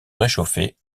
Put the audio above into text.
réchauffer